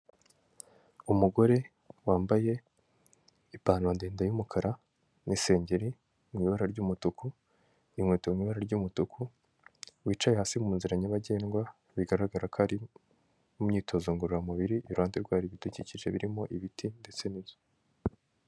Umugore wambaye ipantaro ndende y'umukara ni'sengeri mu ibara ry'umutuku n'inkweto mu ibara ry'umutuku, wicaye hasi mu nzira nyabagendwa bigaragara ko ari mu myitozo ngororamubiri, iruhande rwe hari ibidukikije birimo ibiti ndetse n'inzu.